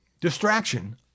distraction